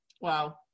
Wow